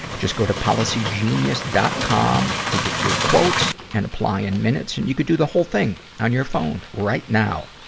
just go to policygenius. com to get your quotes and apply in minutes, and you can do the whole thing on your phone right now.